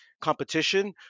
competition